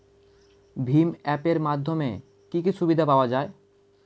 ভিম app এর মাধ্যমে কি কি সুবিধা পাওয়া যায়?